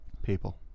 people